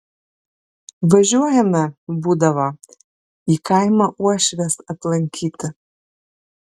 važiuojame būdavo į kaimą uošvės aplankyti